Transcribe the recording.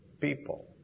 people